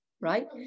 right